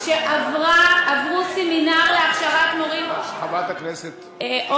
שעברו סמינר להכשרת מורים, חברת הכנסת, אורלי,